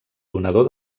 donador